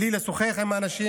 בלי לשוחח עם האנשים.